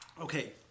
Okay